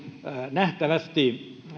nähtävästi